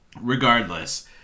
regardless